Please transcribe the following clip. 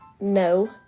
no